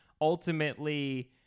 ultimately